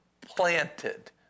planted